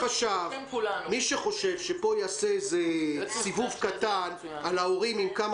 מי שחושב שפה ייעשה סיבוב קטן על ההורים עם כמה